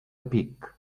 pic